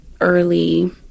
early